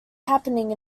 happening